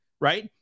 right